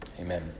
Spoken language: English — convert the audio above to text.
Amen